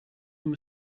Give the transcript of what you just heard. them